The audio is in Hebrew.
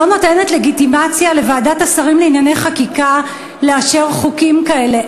לא נותנת לגיטימציה לוועדת השרים לענייני חקיקה לאשר חוקים כאלה.